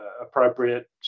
appropriate